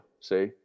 see